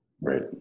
Right